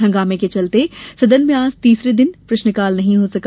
हंगामें के चलते सदन में आज तीसरे दिन भी प्रश्नकाल नहीं हो सका